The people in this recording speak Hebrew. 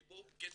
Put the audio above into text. ---.